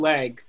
Leg